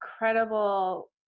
incredible